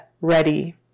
Ready